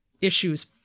issues